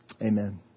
Amen